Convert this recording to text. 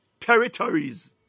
territories